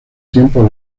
tiempo